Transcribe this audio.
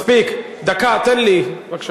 מספיק, אנחנו רוצים